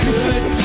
Good